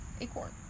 acorn